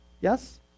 Yes